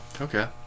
Okay